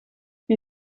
wir